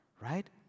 right